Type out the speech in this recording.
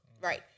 right